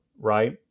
right